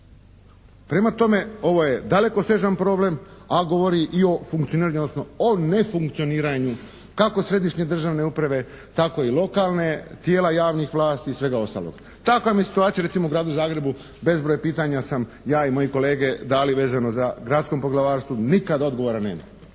Prema tome, ovo je dalekosežan problem, a govori i o funkcioniranju, o nefunkcioniranju kako središnje državne uprave, tako i lokalne, tijela javnih vlasti i svega ostalog. Takva mi situacija recimo u gradu Zagrebu bezbroj pitanja sam ja i moji kolege dali vezano za gradskom poglavarstvom, nikad odgovora nema.